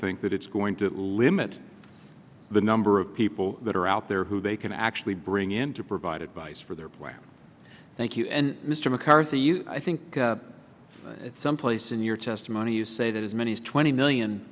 think that it's going to limit the number of people that are out there who they can actually bring in to provide advice for their plans thank you and mr mccarthy you i think at some place in your testimony you say that as many as twenty million